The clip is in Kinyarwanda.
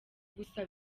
gusa